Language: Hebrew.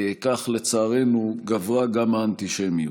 כך לצערנו גברה גם האנטישמיות.